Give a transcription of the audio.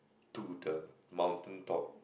to the mountain top